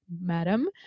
madam